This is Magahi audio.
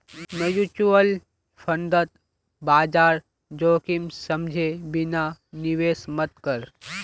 म्यूचुअल फंडत बाजार जोखिम समझे बिना निवेश मत कर